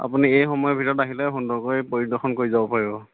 আপুনি এই সময়ৰ ভিতৰত আহিলে সুন্দৰকৈ পৰিদৰ্শন কৰি যাব পাৰিব